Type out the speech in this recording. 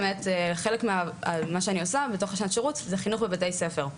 באמת חלק ממה שאני עושה בתוך השנת שירות זה חינוך בבתי ספר,